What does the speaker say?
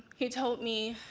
he told me,